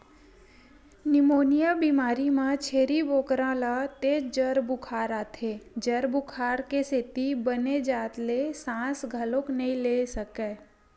pneumonia बेमारी म छेरी बोकरा ल तेज जर बुखार आथे, जर बुखार के सेती बने जात ले सांस घलोक नइ ले सकय